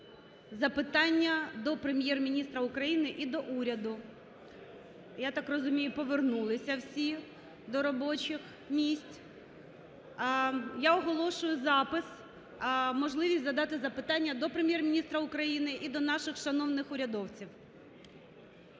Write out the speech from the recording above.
запитання до Прем'єр-міністра України і до уряду. Я так розумію, повернулися всі до робочих місць. Я оголошую запис, можливість задати запитання до Прем'єр-міністра України і до наших шановних урядовців.